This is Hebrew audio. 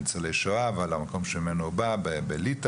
ניצולי השואה ועל המקום שממנו הוא בא בליטא.